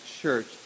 church